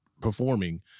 performing